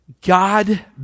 God